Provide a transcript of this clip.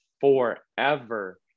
forever